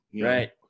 Right